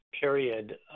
period